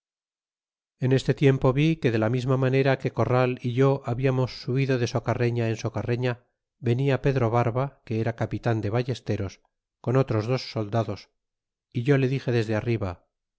en este tiempo vi que de la misma manera que corral é yo hablamos subido de socarretia en socarrefia venia pedro barba que era capitan de ballesteros con otros dos soldados é yo le dixe desde arriba